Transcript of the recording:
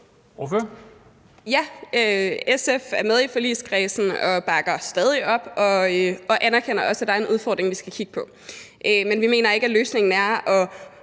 SF er med i forligskredsen og bakker stadig op og anerkender også, at der er en udfordring, vi skal kigge på. Men vi mener ikke, at løsningen er at